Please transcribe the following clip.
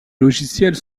logiciels